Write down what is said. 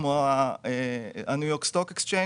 כמו ה-New York Stock Exchange,